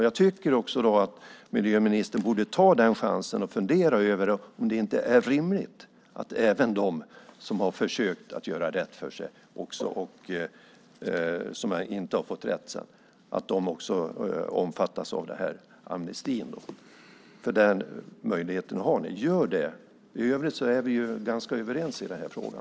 Jag tycker också att miljöministern borde ta den chansen och fundera över om det inte är rimligt att även de som har försökt göra rätt för sig, som inte har fått rättelse, också omfattas av amnestin. Den möjligheten har ni. Gör det! I övrigt är vi ganska överens i den här frågan.